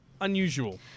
unusual